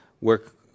work